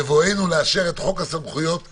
בבואנו לאפשר את חוק הסמכויות הרחב,